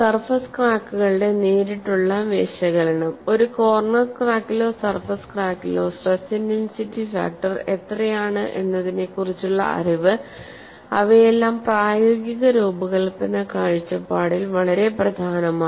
surface ക്രാക്കുകളുടെ നേരിട്ടുള്ള വിശകലനം ഒരു കോർണർ ക്രാക്കിലോ സർഫസ് ക്രാക്കിലോ സ്ട്രെസ് ഇന്റൻസിറ്റി ഫാക്ടർ എത്രയാണ് എന്നതിനെക്കുറിച്ചുള്ള അറിവ് അവയെല്ലാം പ്രായോഗിക രൂപകൽപ്പന കാഴ്ചപ്പാടിൽ വളരെ പ്രധാനമാണ്